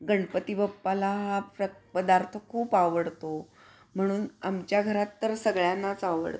गणपती बाप्पाला हा प्र पदार्थ खूप आवडतो म्हणून आमच्या घरात तर सगळ्यांनाच आवडतो